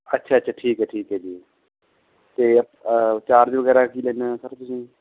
ਅੱਛਾ ਅੱਛਾ ਠੀਕ ਹੈ ਠੀਕ ਹੈ ਜੀ ਅਤੇ ਚਾਰਜ ਵਗੈਰਾ ਕੀ ਲੈਂਦੇ ਆ ਸਰ ਤੁਸੀਂ